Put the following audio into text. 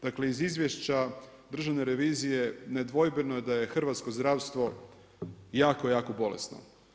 Dakle iz Izvješća Državne revizije nedvojbeno je da je hrvatsko zdravstvo jako, jako bolesno.